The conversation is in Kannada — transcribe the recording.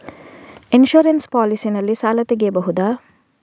ಇನ್ಸೂರೆನ್ಸ್ ಪಾಲಿಸಿ ನಲ್ಲಿ ಸಾಲ ತೆಗೆಯಬಹುದ?